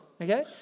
Okay